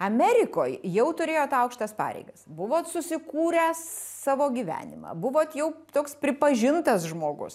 amerikoj jau turėjot aukštas pareigas buvo susikūręs savo gyvenimą buvot jau toks pripažintas žmogus